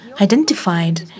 identified